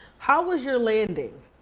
how was your landing?